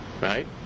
right